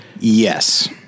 yes